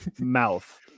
mouth